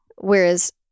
Whereas